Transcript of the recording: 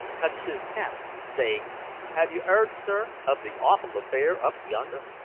touched his cap, saying have you eard, sir, of the awful affair up yonder?